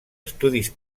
estudis